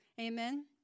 Amen